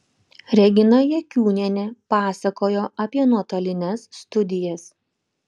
regina jakiūnienė pasakojo apie nuotolines studijas